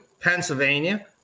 Pennsylvania